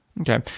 Okay